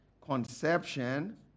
conception